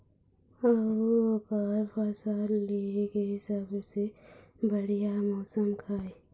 अऊ ओकर फसल लेय के सबसे बढ़िया मौसम का ये?